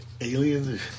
aliens